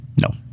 No